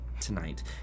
tonight